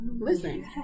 Listen